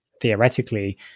theoretically